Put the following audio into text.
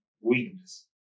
weakness